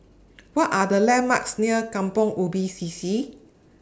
What Are The landmarks near Kampong Ubi C C